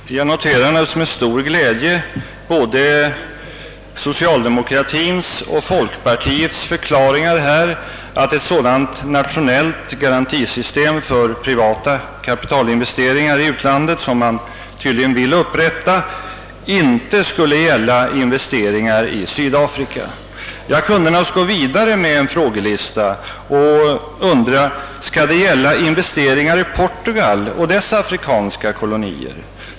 Herr talman! Jag noterar naturligtvis med stor glädje både socialdemokratins och folkpartiets förklaringar att ett nationelit garantisystem för privata kapitalinvesteringar i u-länderna, som man tydligen vill upprätta, inte skulle gälla investeringar i Sydafrika. Jag kunde gå vidare med en frågelista och undra: Skall detsamma gälla investeringar i Portugal och dess afrikanska kolonier?